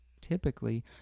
typically